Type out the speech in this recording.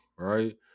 Right